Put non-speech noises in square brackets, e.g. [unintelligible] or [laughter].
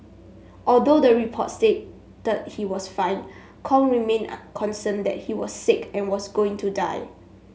although the report stated he was fine Kong remained [unintelligible] concerned that he was sick and was going to die